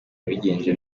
yabigenje